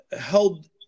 held